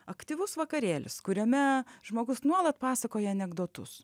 aktyvus vakarėlis kuriame žmogus nuolat pasakoja anekdotus